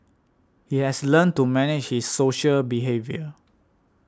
he has learnt to manage his social behaviour